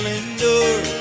endure